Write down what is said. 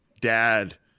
dad